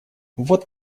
вот